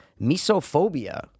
misophobia